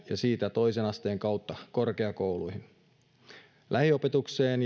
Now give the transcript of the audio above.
ja siitä toisen asteen kautta korkeakouluihin lähiopetukseen